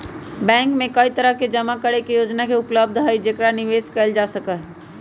bank में कई तरह के जमा करे के योजना उपलब्ध हई जेकरा निवेश कइल जा सका हई